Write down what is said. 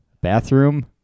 bathroom